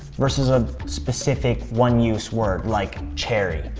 versus a specific, one use word, like cherry.